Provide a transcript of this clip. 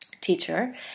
teacher